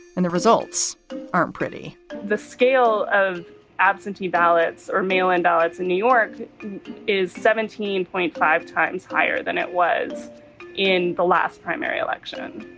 and the results aren't pretty the scale of absentee ballots or mail in ballots in new york is seventeen point five times higher than it was in the last primary election